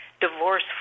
divorce